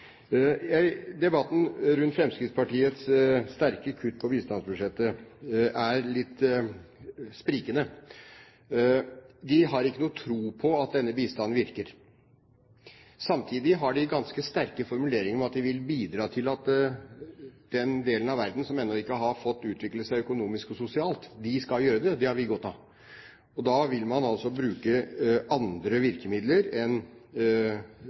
virker. Debatten rundt Fremskrittspartiets sterke kutt i bistandsbudsjettet er litt sprikende. De har ikke noen tro på at denne bistanden virker. Samtidig har de ganske sterke formuleringer om at de vil bidra til at den delen av verden som ennå ikke har fått utvikle seg økonomisk og sosialt, gjør det – det har vi godt av. Og man vil altså bruke andre virkemidler enn